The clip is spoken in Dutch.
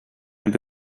heb